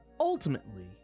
ultimately